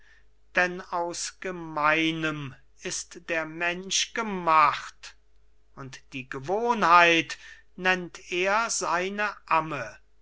denn aus gemeinem ist der mensch gemacht und die gewohnheit nennt er seine amme